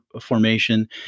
formation